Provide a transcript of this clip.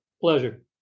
Pleasure